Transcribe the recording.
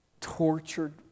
tortured